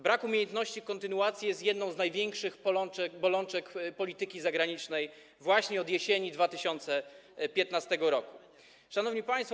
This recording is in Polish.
Brak umiejętności kontynuacji jest jedną z największych bolączek polityki zagranicznej właśnie od jesieni 2015 r. Szanowni Państwo!